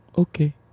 Okay